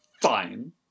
Fine